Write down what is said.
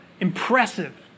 impressive